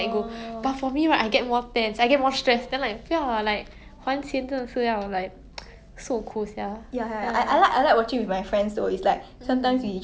mentally prepare